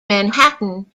manhattan